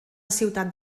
ciutat